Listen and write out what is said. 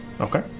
Okay